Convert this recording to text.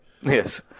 Yes